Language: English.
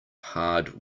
hard